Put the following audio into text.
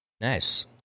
Nice